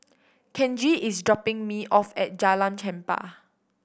Kenji is dropping me off at Jalan Chempah